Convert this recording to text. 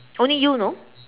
only you you know